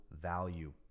value